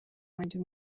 wanjye